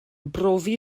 brofi